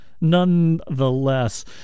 Nonetheless